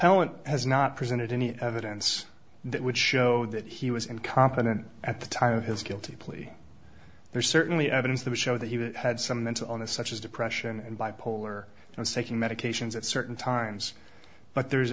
appellant has not presented any evidence that would show that he was incompetent at the time of his guilty plea there's certainly evidence to show that he had some mental illness such as depression and bipolar and was taking medications at certain times but there